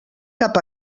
cap